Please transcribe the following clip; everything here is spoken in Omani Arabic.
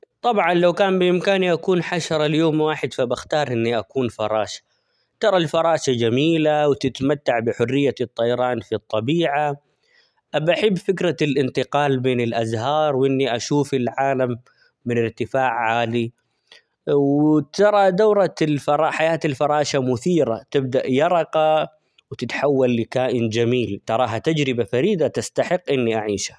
طبعا لو كان بإمكاني أكون حشرة ليوم واحد فبختار إني أكون فراشة ،ترى الفراشة جميلة ،وتتمتع بحرية الطيران في الطبيعة ، ابحب فكرة الإنتقال بين الأزهار، وإني اشوف العالم من إرتفاع عالي، وترى دورة -الفر- حياة الفراشة مثيرة تبدأ يرقة وتتحول لكائن جميل، تراها تجربة فريدة تستحق إني أعيشها.